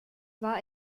war